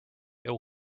will